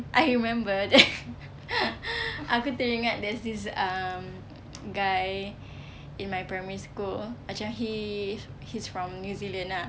I remember that aku teringat there's this um guy in my primary school macam he he's from new zealand ah